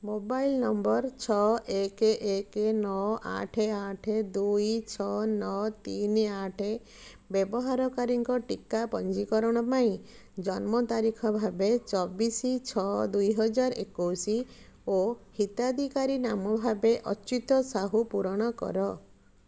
mobile number ଛଅ ଏକ ଏକ ନଅ ଆଠ ଆଠ ଦୁଇ ଛଅ ନଅ ତିନି ଆଠ ବ୍ୟବହାରକାରୀଙ୍କ ଟୀକା ପଞ୍ଜୀକରଣ ପାଇଁ ଜନ୍ମ ତାରିଖ ଭାବେ ଚବିଶ ଛଅ ଦୁଇ ହଜାର ଏକୋଇଶ ଓ ହିତାଧିକାରୀ ନାମ ଭାବେ ଅଚ୍ୟୁତ ସାହୁ ପୂରଣ କର